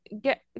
get